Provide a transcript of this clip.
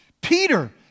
Peter